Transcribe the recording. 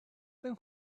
then